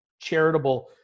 charitable